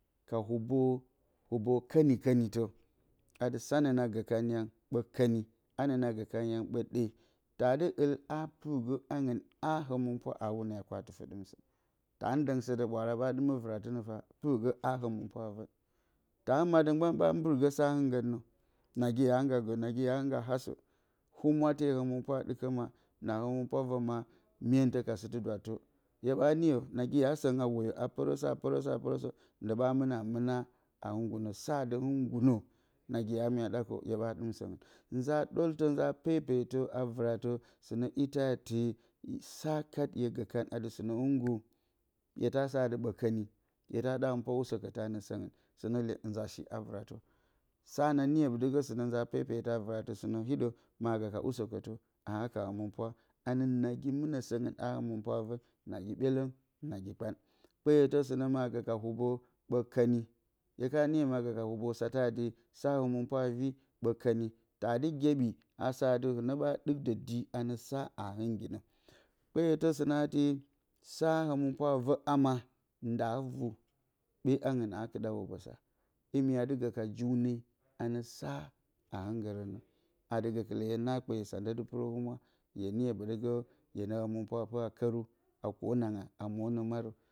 Hubo kǝnikǝnitǝ. atli sanǝ na gǝ kan yang ɓǝ kǝni anǝ na gǝ kan yang ɓe ɗe taadɨ ul a pɨrgǝ angɨn aa hǝmɨnpwa aa whune a kwatɨfǝ ɗɨmsǝn taa dǝng sǝ ɓwaara ɓa ɗimǝ víratɨnǝ faa pɨrgǝ a hǝmɨnpwa a vǝn ama dǝ mgban ɓa nbɨrgǝ sa hɨngǝnnǝ nagɨ ya nag hasǝ humwate hǝmɨnpwa a ɗɨkǝ ma naka sɨtɨ dwattǝ hye ɓa niyǝ nagi ya sǝngɨn awǝyǝ a pɨrǝsǝ a pɨrǝsǝ andɨ ɓa mɨna mɨna sa adɨ hɨngunǝ nza doltú nza pepetǝ a víratú sine ite sa kat hye gǝ kanhye taa sa ɓǝ kǝni hye taa wa ɗa hǝmɨnpwa usǝkǝtǝ sɨnǝ nza shi vɨratǝsa niyǝ ɓoti sɨnǝ nza pepetǝ a vɨratǝ sɨnǝ hiɗǝ ma nza ka gǝ usǝkǝtǝ humwa hǝmɨnpwa kasa pwa a vǝn nagi ɓelǝng nagi kpan kpeyotǝ ma gǝ ka hubǝ ɓǝ kǝni hye kana niyǝ hye gǝ ka hǝbǝ sa hǝmɨnpwa avi ɓǝ kǝni taadɨ gyebi asa dɨ hɨnǝ ɓa ɗik dye anǝsa a hɨnginǝ kpeyǝtǝ sa hǝmɨnpwa a vǝ ama nda vu bǝ hubosa imi adɨ gǝ ka jiune adɨ gǝkɨlǝ hye na kpesa ndǝ dɨ pɨrǝ hǝmwa hǝmɨnpwa a pɨra kǝru a kǝnaga amunu maru